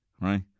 right